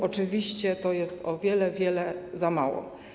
Oczywiście to jest o wiele, wiele za mało.